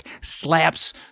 slaps